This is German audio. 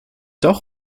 doch